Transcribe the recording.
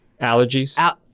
Allergies